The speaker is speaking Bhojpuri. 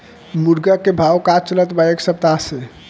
मुर्गा के भाव का चलत बा एक सप्ताह से?